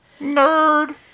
Nerd